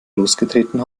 losgetreten